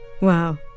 Wow